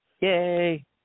Yay